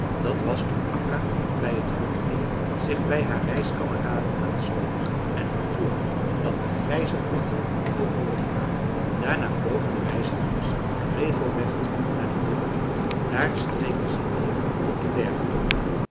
dat was toen akka bij het vombmeer zich bij haar reiskameraden aansloot en hun toeriep dat de grijze ratten overwonnen waren daarna vlogen de reizigers regelrecht naar den kullaberg daar streken ze neer op den bergtop